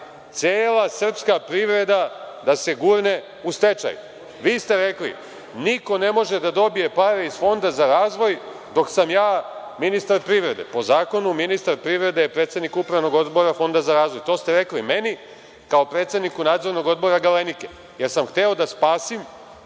cela srpska privreda da se gurne u stečaj. Vi ste rekli – niko ne može da dobije pare iz Fonda za razvoj dok sam ja ministar privrede. Po zakonu, ministar privrede je predsednik Upravnog odbora Fonda za razvoj. To ste rekli meni, kao predsedniku Nadzornog odbora „Galenike“, jer sam hteo da spasim